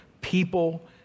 people